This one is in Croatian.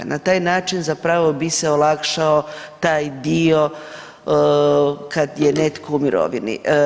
Na taj način zapravo bi se olakšao taj dio kad je netko u mirovini.